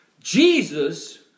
Jesus